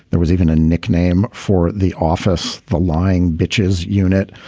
there was even a nickname for the office, the lying bitches unit.